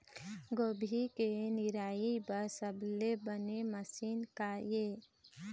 गोभी के निराई बर सबले बने मशीन का ये?